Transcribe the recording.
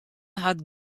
hat